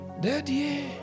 Daddy